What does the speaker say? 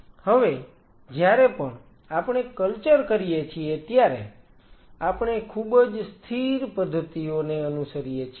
હવે જ્યારે પણ આપણે કલ્ચર કરીએ છીએ ત્યારે આપણે ખૂબ જ સ્થિર પદ્ધતિઓ ને અનુસરીએ છીએ